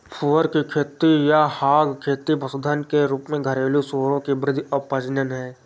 सुअर की खेती या हॉग खेती पशुधन के रूप में घरेलू सूअरों की वृद्धि और प्रजनन है